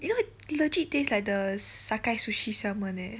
you know legit taste like the sakae sushi salmon eh